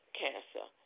cancer